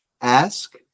ask